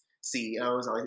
CEOs